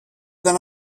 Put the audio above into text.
than